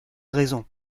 raison